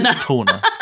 Torna